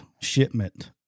shipment